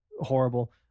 horrible